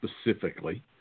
specifically